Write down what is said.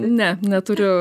ne neturiu